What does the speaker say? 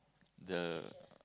the